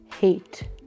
hate